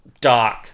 dark